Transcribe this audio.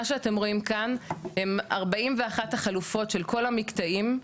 מה שאתם רואים כאן הם 41 החלופות של כל המקטעים,